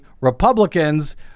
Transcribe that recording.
Republicans